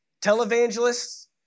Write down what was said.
Televangelists